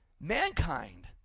mankind